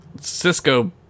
Cisco